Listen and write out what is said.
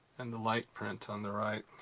and the light print on the right.